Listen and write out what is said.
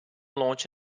launch